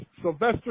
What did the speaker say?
Sylvester